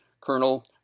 Colonel